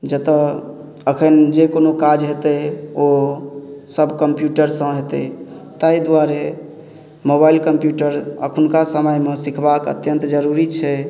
जतऽ अखन जे कोनो काज हेतै ओ सब कम्प्यूटरसँ हेतै ताहि दुआरे मोबाइल कम्प्यूटर अखुनका समयमे सिखबाक अत्यन्त जरूरी छै